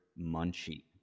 munchie